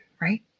right